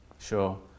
Sure